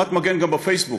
חומת מגן גם בפייסבוק,